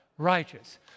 Righteous